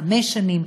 לחמש שנים,